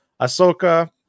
Ahsoka